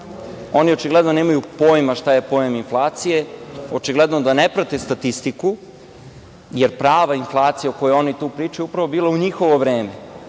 Oni očigledno nemaju pojma šta je pojam – inflacija, očigledno da ne prate statistiku, jer prava inflacija o kojoj oni pričaju je upravo bila u njihovo vreme,